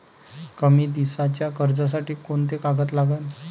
कमी दिसाच्या कर्जासाठी कोंते कागद लागन?